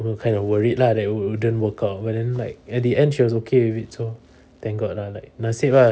we were kind of worried lah that wouldn't work out but then like at the end she was okay with it so thank god lah like nasib ah